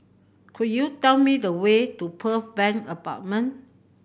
could you tell me the way to Pearl Bank Apartment